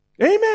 Amen